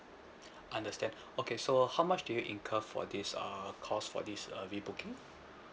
understand okay so how much do you incur for this uh cost for this uh rebooking